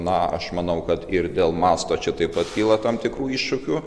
na aš manau kad ir dėl masto čia taip pat kyla tam tikrų iššūkių